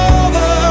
over